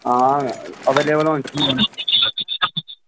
हां अवेलेबल होनी चाहिदी